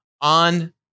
on